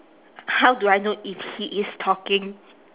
how do I know if he is talking